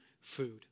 food